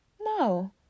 No